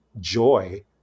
joy